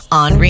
on